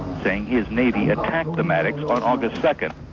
saying his navy attacked the maddox on august second,